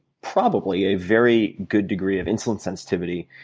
probably a very good degree of insulin sensitivity.